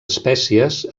espècies